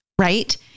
right